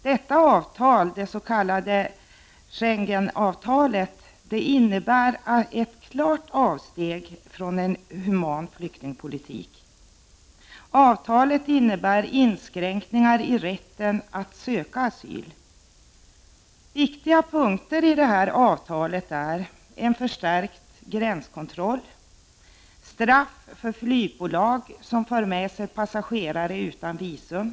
Detta avtal, det s.k. Schengenavtalet, innebär ett klart avsteg från en human flyktingpolitik och inskränkningar i rätten att söka asyl. Viktiga punkter i detta avtal är en förstärkt gränskontroll och straff för flygbolag som för med sig passagerare utan visum.